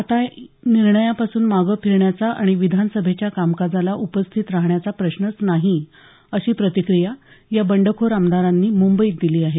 आता निर्णयापास्रन मागं फिरण्याचा आणि विधानसभेच्या कामकाजाला उपस्थित राहण्याचा प्रश्नच नाही अशी प्रतिक्रिया या बंडखोर आमदारांनी मुंबईत दिली आहे